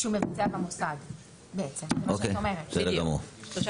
בסדר גמור.